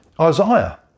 Isaiah